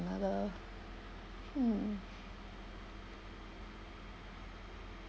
another hmm